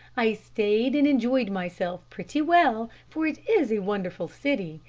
i stayed and enjoyed myself pretty well, for it is a wonderful city,